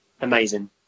amazing